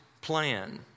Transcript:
plan